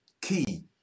key